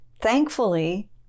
Thankfully